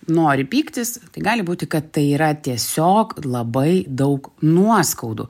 nori pyktis tai gali būti kad tai yra tiesiog labai daug nuoskaudų